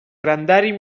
grandària